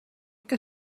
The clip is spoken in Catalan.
que